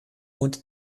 und